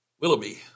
Willoughby